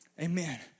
Amen